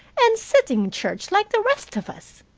and sitting in church like the rest of us.